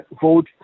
vote